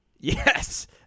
Yes